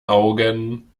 augen